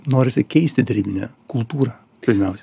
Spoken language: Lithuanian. norisi keisti derybinę kultūrą pirmiausia